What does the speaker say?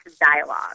Dialogue